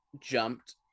jumped